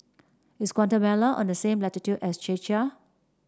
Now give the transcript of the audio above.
is Guatemala on the same latitude as Czechia